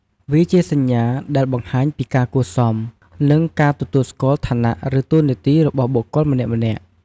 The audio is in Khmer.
វាជាសញ្ញាដែលបង្ហាញពីការគួរសម និងការទទួលស្គាល់ឋានៈ ឬតួនាទីរបស់បុគ្គលម្នាក់ៗ។